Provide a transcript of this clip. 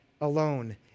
alone